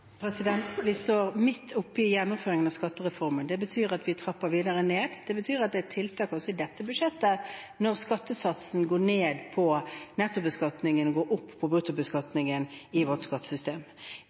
Vi står midt oppe i gjennomføringen av skattereformen. Det betyr at vi trapper videre ned. Det betyr at det er tiltak også i dette budsjettet, når skattesatsen går ned på nettobeskatningen og opp på